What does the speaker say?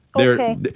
Okay